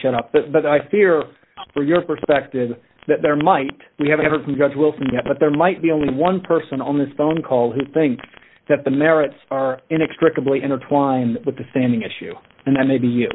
shut up but i fear for your perspective that there might we have never been gradual but there might be only one person on this phone call who think that the merits are inextricably intertwined with the standing issue and then maybe